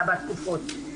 בתקופות.